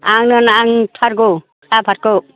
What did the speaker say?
आंनो नांथारगौ साफादखौ